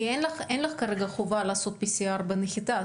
כי אין לנו כרגע חובה לעשות בדיקת PCR בנחיתה.